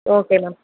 okay ma'am